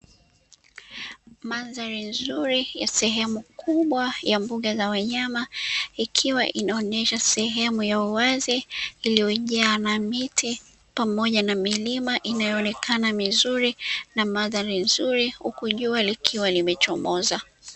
Mandhari nzuri ya sehemu kubwa ya mbuga za wanyama, ikiwa inaonyesha sehemu ya uwazi iliyojaa na miti pamoja na milima inayoonekana mizuri na mandhari nzuri, huku jua likiwa limechomoza.